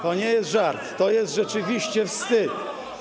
To nie jest żart, to jest rzeczywiście wstyd.